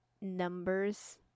numbers